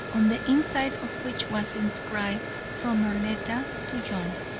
on the inside of which was inscribed, from arletta to john.